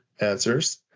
answers